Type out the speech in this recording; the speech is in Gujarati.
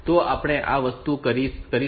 તો આપણે આ વસ્તુ કરી શકીએ છીએ